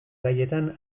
gaietan